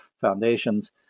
foundations